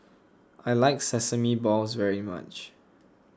I like Sesame Balls very much